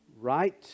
right